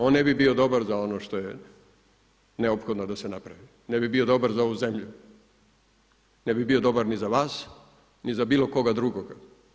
On ne bi bio dobar za ono što je neophodno da se napravi, ne bi bio dobar za ovu zemlju, ne bi bio dobar ni za vas ni za bilo koga drugoga.